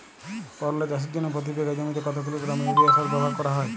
করলা চাষের জন্য প্রতি বিঘা জমিতে কত কিলোগ্রাম ইউরিয়া সার ব্যবহার করা হয়?